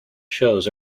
shows